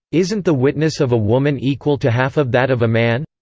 isn't the witness of a woman equal to half of that of a man?